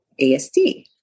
ASD